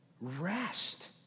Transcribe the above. Rest